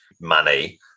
money